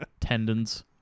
tendons